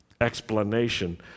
explanation